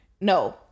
no